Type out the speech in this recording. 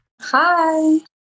Hi